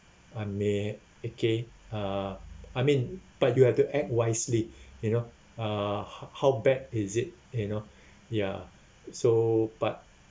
I may okay uh I mean but you have to act wisely you know uh h~ how bad is it you know ya so but